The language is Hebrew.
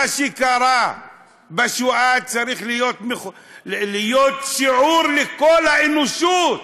מה שקרה בשואה צריך להיות שיעור לכל האנושות,